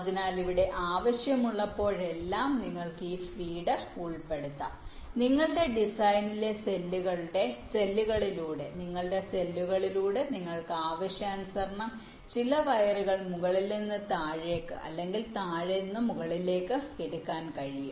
അതിനാൽ ഇവിടെ ആവശ്യമുള്ളപ്പോഴെല്ലാം നിങ്ങൾക്ക് ഈ ഫീഡ് ഉൾപ്പെടുത്താം നിങ്ങളുടെ ഡിസൈനിലെ സെല്ലുകളിലൂടെ നിങ്ങളുടെ സെല്ലുകളിലൂടെ നിങ്ങൾക്ക് ആവശ്യാനുസരണം ചില വയറുകൾ മുകളിൽ നിന്ന് താഴേക്ക് അല്ലെങ്കിൽ താഴേക്ക് മുകളിലേക്ക് എടുക്കാൻ കഴിയും